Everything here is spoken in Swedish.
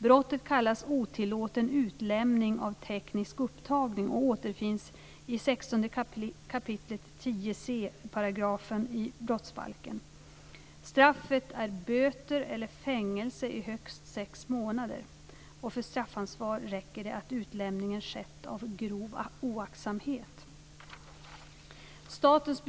Brottet kallas otillåten utlämning av teknisk upptagning och återfinns i 16 kap. 10 c § brottsbalken. Straffet är böter eller fängelse i högst sex månader. För straffansvar räcker det att utlämningen skett av grov oaktsamhet.